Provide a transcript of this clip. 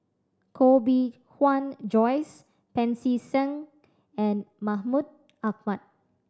Koh Bee Tuan Joyce Pancy Seng and Mahmud Ahmad